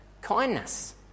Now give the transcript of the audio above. Kindness